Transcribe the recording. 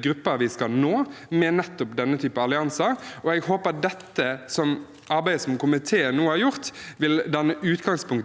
grupper vi skal nå med nettopp denne typen allianser. Jeg håper det arbeidet som komiteen nå har gjort – og ikke